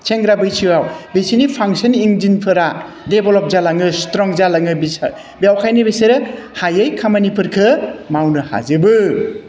सेंग्रा बैसोआव बिसोरनि फांसन इन्जिनफोरा डेभलप जालाङो स्ट्रं जालाङो बिसोर बेखायनो बिसोरो हायै खामानिफोरखौ मावनो हाजोबो